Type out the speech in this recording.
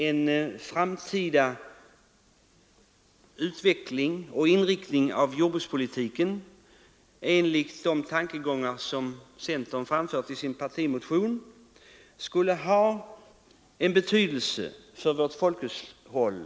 En framtida utveckling och inriktning av jordbrukspolitiken enligt de tankegångar som centern framfört i sin partimotion skulle ha en betydelse för vårt folkhushåll.